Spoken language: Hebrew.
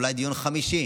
אולי דיון חמישי,